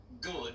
good